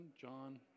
John